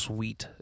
Sweet